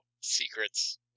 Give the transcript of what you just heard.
secrets